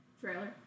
Trailer